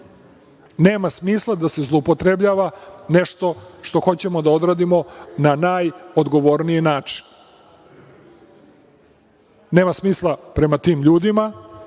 smisla da se zloupotrebljava nešto što hoćemo da odradimo na najodgovorniji način. Nema smisla prema tim ljudima